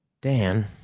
dan?